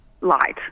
light